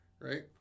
Right